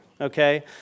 okay